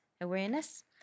awareness